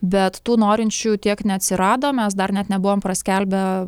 bet tų norinčių tiek neatsirado mes dar net nebuvom praskelbę